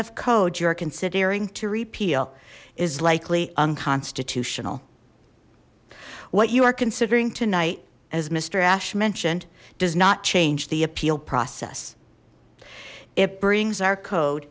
of code you are considering to repeal is likely unconstitutional what you are considering tonight as mister ashe mentioned does not change the appeal process it brings our code